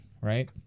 right